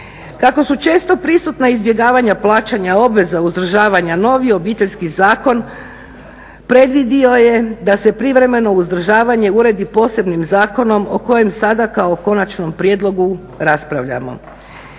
Kako su često prisutna izbjegavanja plaćanja obveza uzdržavanja novi Obiteljski zakon predvidio je da se privremeno uzdržavanje uredi posebnim zakonom o kojem sada kao konačnom prijedlogu raspravljamo.